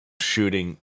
shooting